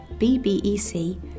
bbec